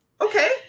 Okay